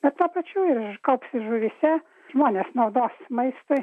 bet tuo pačiu ir koks žuvyse žmonės naudojo maistui